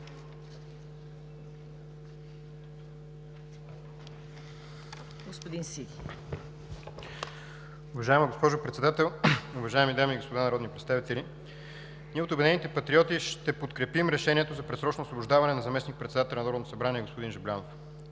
СИДИ (ОП): Уважаема госпожо Председател, уважаеми дами и господа народни представители! Ние от „Обединените патриоти“ ще подкрепим решението за предсрочно освобождаване на заместник-председателя на Народното събрание господин Жаблянов.